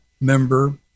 member